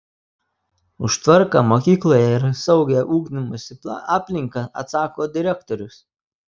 už tvarką mokykloje ir saugią ugdymosi aplinką atsako direktorius